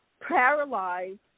paralyzed